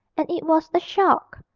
and it was a shock.